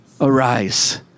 Arise